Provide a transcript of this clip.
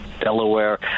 Delaware